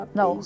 no